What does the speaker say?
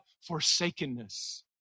Forsakenness